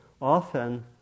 often